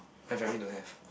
my family don't have